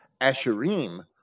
Asherim